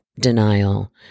denial